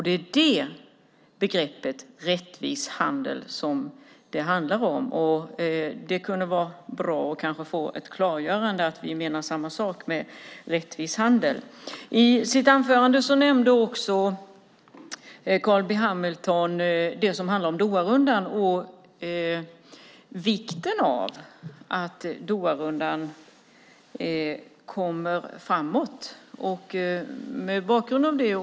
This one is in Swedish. Det är det begreppet "rättvis handel" handlar om. Det kan vara bra att få ett klargörande att vi menar samma sak med rättvis handel. I sitt anförande nämnde Carl B Hamilton också Doharundan och vikten av att den kommer framåt.